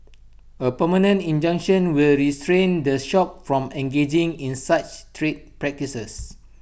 A permanent injunction will restrain the shop from engaging in such trade practices